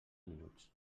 minuts